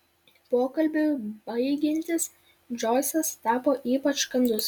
pokalbiui baigiantis džoisas tapo ypač kandus